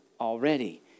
already